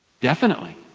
definitely.